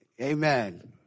Amen